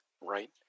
right